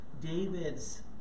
David's